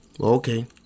okay